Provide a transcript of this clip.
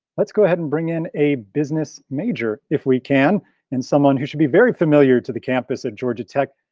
let's go ahead and bring in a business major if we can and someone who should be very familiar to the campus at georgia tech,